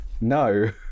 No